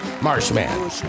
Marshman